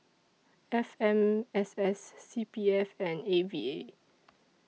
F M S S C P F and A V A